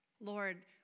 Lord